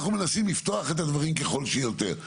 אנחנו מנסים לפתוח את הדברים כמה שיותר.